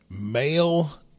male